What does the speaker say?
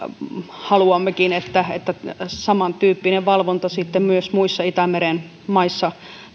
haluammekin että että samantyyppinen valvonta sitten myös muissa itämeren maissa